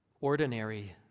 Ordinary